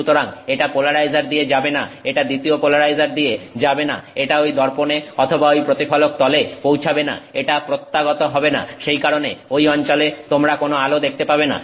সুতরাং এটা পোলারাইজার দিয়ে যাবে না এটা দ্বিতীয় পোলারাইজার দিয়ে যাবে না এটা ঐ দর্পণে অথবা ঐ প্রতিফলক তলে পৌঁছাবে না এটা প্রত্যাগত হবে না সেই কারণে ঐ অঞ্চলে তোমরা কোনো আলো দেখতে পাবে না